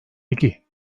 peki